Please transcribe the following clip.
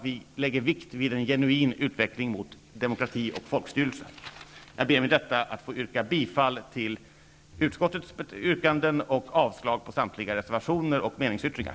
Vi lägger vikt vid en genuin utveckling mot demokrati och folkstyre. Jag ber med detta att få yrka bifall till utskottets hemställan och avslag på samtliga reservationer och meningsyttringar.